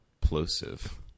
Plosive